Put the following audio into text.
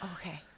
Okay